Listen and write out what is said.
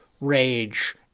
rage